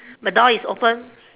the door is open